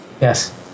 Yes